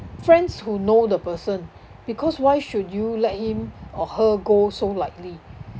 friends who know the person because why should you let him or her go so lightly